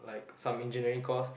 some engineering course